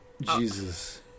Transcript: jesus